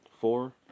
Four